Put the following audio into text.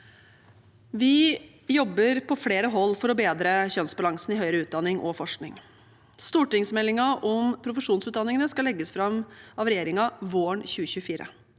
Vi jobber på flere hold for å bedre kjønnsbalansen i høyere utdanning og forskning. Stortingsmeldingen om profesjonsutdanningene skal legges fram av regjeringen våren 2024.